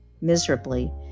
miserably